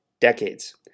decades